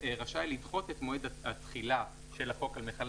רשאי לדחות את מועד התחילה של החוק על מיכלי